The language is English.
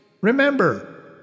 Remember